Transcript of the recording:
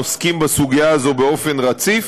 עוסקים בסוגיה הזאת באופן רציף,